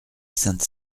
sainte